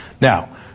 Now